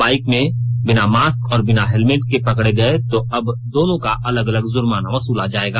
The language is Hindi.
बाइक में बिना मास्क और बिना हेलमेट के पकड़े गये तो अब दोनों का अलग अलग जुर्माना वसूला जाएगा